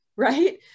right